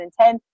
2010